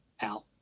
out